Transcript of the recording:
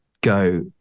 go